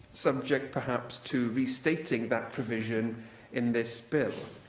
subject perhaps to restating that provision in this bill,